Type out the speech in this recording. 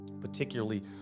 particularly